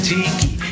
Tiki